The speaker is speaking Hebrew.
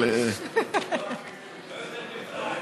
אבל לא יותר מדי.